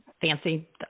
fancy